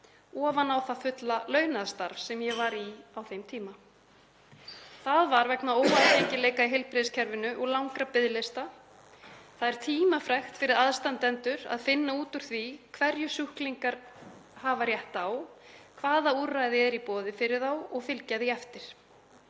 ofan á það fulla launaða starf sem ég var í á þeim tíma. Það var vegna óaðgengileika í heilbrigðiskerfinu og langra biðlista. Það er tímafrekt fyrir aðstandendur að finna út úr því hverju sjúklingar eiga rétt á, hvaða úrræði eru í boði fyrir þá og fylgja því eftir.